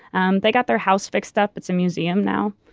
and they got their house fixed up. it's a museum now.